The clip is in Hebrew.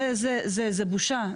זו בושה.